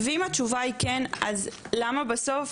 ואם התשובה היא כן, אז למה בסוף?